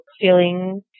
feeling